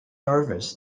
nervous